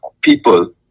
people